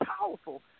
powerful